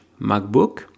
MacBook